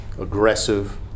aggressive